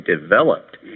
developed